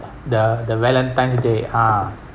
the the valentine's day ah